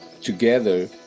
together